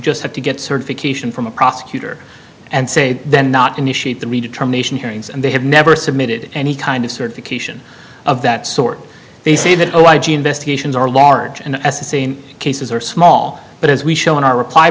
have to get certification from a prosecutor and say then not initiate the redetermination hearings and they have never submitted any kind of certification of that sort they say that oh i g investigations are large and s s a in cases are small but as we show in our reply